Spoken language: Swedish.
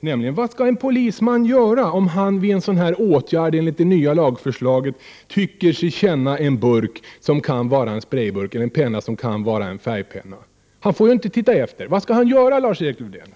nämligen: Vad skall en polisman göra, om han vid en åtgärd enligt det nya förslaget tycker sig känna en burk som kan vara en färgburk eller en penna som kan vara en färgpenna? Han får ju inte titta efter. Lars-Erik Lövdén, vad skall han göra?